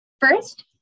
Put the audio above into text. first